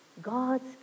God's